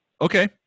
Okay